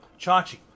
Chachi